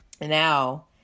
now